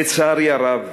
לצערי הרב,